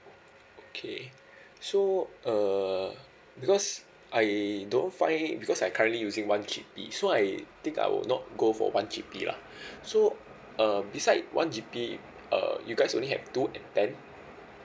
okay so uh because I don't find because I currently using one G_B so I think I will not go for one G_B lah so um beside one G_B uh you guys only had two and ten